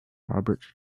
robert